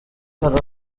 hari